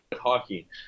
hockey